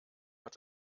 hat